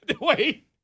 Wait